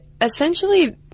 essentially